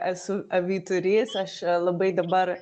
esu vyturys aš labai dabar